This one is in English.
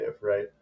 right